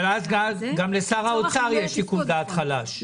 אבל אז גם לשר האוצר יש שיקול דעת חלש.